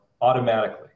automatically